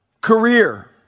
career